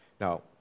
Now